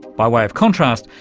by way of contrast,